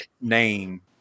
name